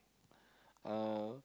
uh